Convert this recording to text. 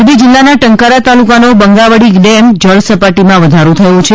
મોરબી જિલ્લાના ટંકારા તાલુકાનો બંગાવડી ડેમ જળસપાટીમાં વધારો થયો છે